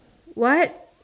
what